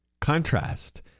Contrast